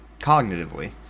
cognitively